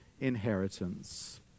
inheritance